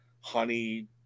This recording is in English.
honey